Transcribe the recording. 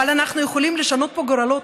אבל אנחנו יכולים לשנות פה גורלות,